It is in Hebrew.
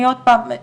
אני עוד פעם אגיד,